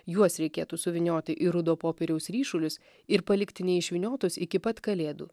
juos reikėtų suvynioti į rudo popieriaus ryšulius ir palikti neišvyniotus iki pat kalėdų